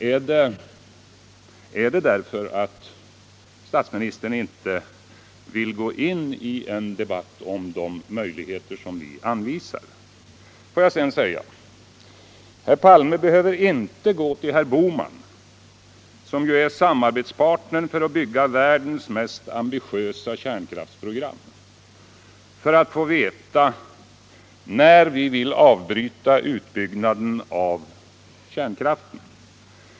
Är det därför att statsministern inte vill gå in i en debatt om de möjligheter som vi anvisar? Herr Palme behöver inte gå till herr Bohman, som är hans samarbetspartner i fråga om världens mest ambitiösa kärnkraftsprogram, för att få veta när vi vill avbryta utbyggnaden av kärnkraften.